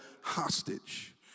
hostage